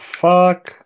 fuck